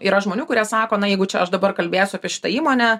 yra žmonių kurie sako na jeigu čia aš dabar kalbėsiu apie šitą įmonę